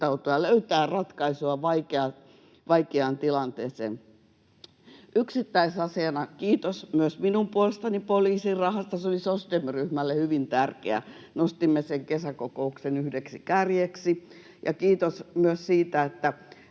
ja löytää ratkaisua vaikeaan tilanteeseen. Yksittäisasiana kiitos myös minun puolestani poliisin rahasta, se oli sos.dem.-ryhmälle hyvin tärkeä. Nostimme sen kesäkokouksen yhdeksi kärjeksi. Ja kiitos myös siitä,